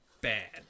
bad